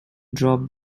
dropped